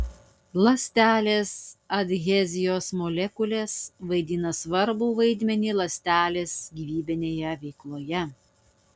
ląstelės adhezijos molekulės vaidina svarbų vaidmenį ląstelės gyvybinėje veikloje